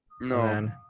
No